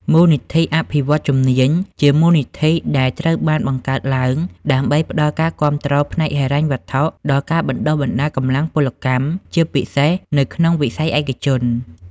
មូលនិធិអភិវឌ្ឍន៍ជំនាញ ជាមូលនិធិមួយដែលត្រូវបានបង្កើតឡើងដើម្បីផ្តល់ការគាំទ្រផ្នែកហិរញ្ញវត្ថុដល់ការបណ្តុះបណ្តាលកម្លាំងពលកម្ម ជាពិសេសនៅក្នុងវិស័យឯកជន។